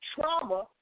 trauma